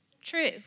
True